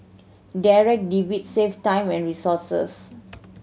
Direct Debit save time and resources